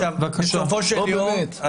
עו"ד חימי, אנא סיים כי אנחנו צריכים לסיים.